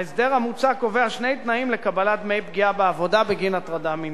ההסדר המוצע קובע שני תנאים לקבלת דמי פגיעה בעבודה בגין הטרדה מינית,